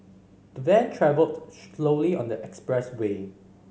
the van travelled slowly on the expressway